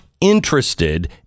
interested